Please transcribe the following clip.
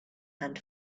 and